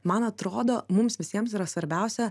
man atrodo mums visiems yra svarbiausia